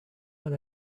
what